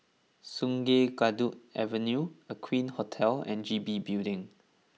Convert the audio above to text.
Sungei Kadut Avenue Aqueen Hotel and G B Building